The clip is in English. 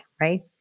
right